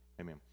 Amen